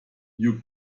you